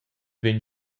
vegn